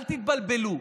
אל תתבלבלו.